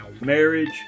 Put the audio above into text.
marriage